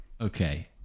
Okay